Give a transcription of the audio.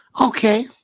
Okay